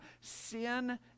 sin